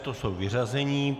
To jsou vyřazení.